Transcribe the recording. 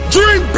Dream